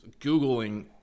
Googling